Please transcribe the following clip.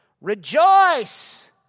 Rejoice